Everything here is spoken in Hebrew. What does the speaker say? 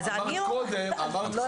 לא, לא, אל תגזימי.